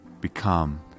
become